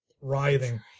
writhing